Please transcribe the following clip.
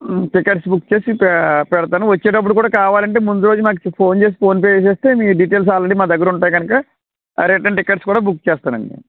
tickets book చేసి పె పెడతాను వచ్చేటప్పుడు కూడా కావాలి అంటే ముందురోజు నాకు ఫోన్ చేసి ఫోన్పే వేసేస్తే మీ డిటైల్స్ ఆల్రెడి మా దగ్గర ఉంటాయి కనుక రిటన్ టికెట్స్ కూడా బుక్ చేస్తాను అండి